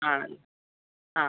ആണല്ലേ ആ